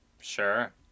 Sure